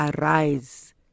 arise